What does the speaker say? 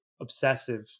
obsessive